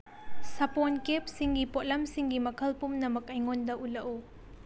ꯁꯥꯄꯣꯟ ꯀꯦꯞꯁꯤꯡꯒꯤ ꯄꯣꯠꯂꯝꯁꯤꯡꯒꯤ ꯃꯈꯜ ꯄꯨꯝꯅꯃꯛ ꯑꯩꯉꯣꯟꯗ ꯎꯠꯂꯛꯎ